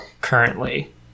currently